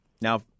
Now